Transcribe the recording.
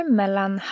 mellan